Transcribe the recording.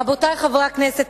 רבותי חברי הכנסת,